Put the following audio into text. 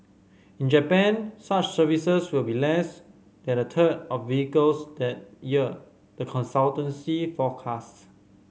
in Japan such services will be less than a third of vehicles that year the consultancy forecast